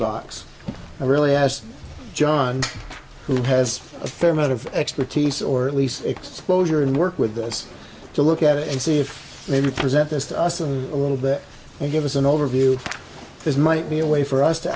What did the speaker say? docs really as john who has a fair amount of expertise or at least exposure and work with us to look at it and see if maybe present this to us in a little bit and give us an overview this might be a way for us to